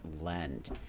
lend